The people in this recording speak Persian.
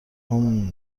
هومممم